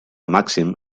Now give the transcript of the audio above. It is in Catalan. màxim